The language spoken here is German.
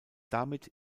damit